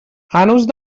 هنوز